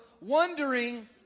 wondering